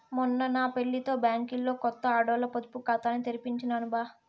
మొన్న నా పెళ్లితో బ్యాంకిలో కొత్త ఆడోల్ల పొదుపు కాతాని తెరిపించినాను బా